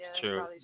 true